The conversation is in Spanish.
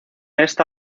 esta